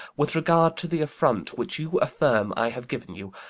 with regard to the affront which you affirm i have given you.